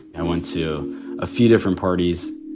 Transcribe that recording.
i went to a few different parties.